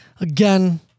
again